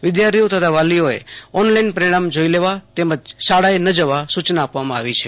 વિદ્યાર્થીઓ તથા વાલીઓએ ઓન લાઈન પરિણામ જોઈ લેવા તથા શાળાએ ન જવા સુચના આપવામાં આવી છે